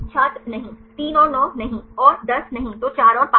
छात्र नहीं 3 और 9 नहीं 3 और 10 नहीं तो 4 और 5